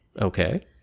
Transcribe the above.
Okay